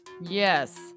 Yes